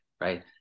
right